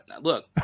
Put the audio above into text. Look